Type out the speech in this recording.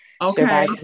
Okay